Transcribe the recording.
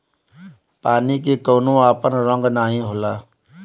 पानी के कउनो आपन रंग नाही होला